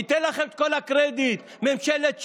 ניתן את כל הקרדיט: ממשלת שינוי,